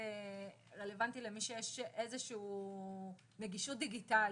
רלוונטי למי שיש נגישות דיגיטלית.